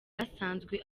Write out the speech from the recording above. asanzwe